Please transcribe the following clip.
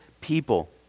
people